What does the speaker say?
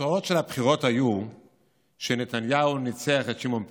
התוצאות של הבחירות היו שנתניהו ניצח את שמעון פרס,